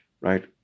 right